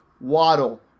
Waddle